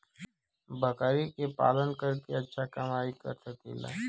बकरी के पालन करके अच्छा कमाई कर सकीं ला?